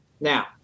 Now